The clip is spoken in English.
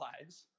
lives